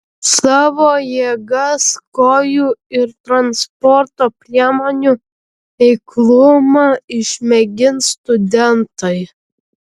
savo jėgas kojų ir transporto priemonių eiklumą išmėgins studentai